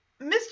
Mr